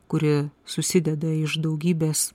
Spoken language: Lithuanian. kuri susideda iš daugybės